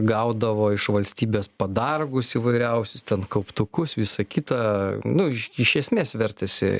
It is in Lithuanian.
gaudavo iš valstybės padargus įvairiausius ten kauptukus visą kitą nu iš esmės vertėsi